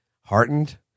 heartened